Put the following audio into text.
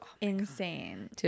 insane